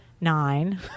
Nine